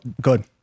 good